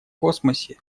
космосе